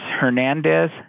Hernandez